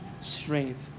strength